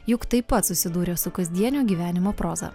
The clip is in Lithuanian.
juk taip pat susidūrė su kasdienio gyvenimo proza